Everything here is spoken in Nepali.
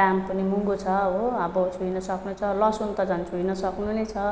दाम पनि महँगो छ हो अब छोई नसक्नु छ लहसुन त झन् छोई नसक्नु नै छ